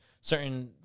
certain